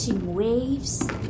waves